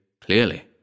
clearly—